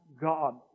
God